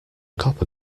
copper